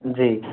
जी